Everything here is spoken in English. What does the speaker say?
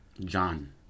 John